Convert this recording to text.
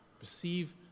Receive